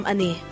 Ani